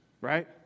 right